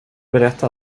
berätta